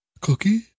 Cookie